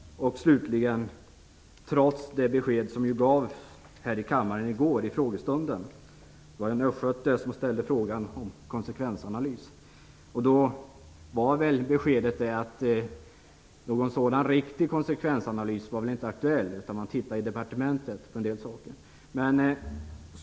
Slutligen: I kammarens frågestund i går, då en östgöte ställde frågan om en konsekvensanalys, var det besked som gavs att någon riktig konsekvensanalys inte var aktuell. Man skulle i departementet studera en del saker.